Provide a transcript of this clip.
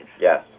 Yes